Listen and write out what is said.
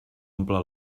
omple